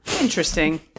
Interesting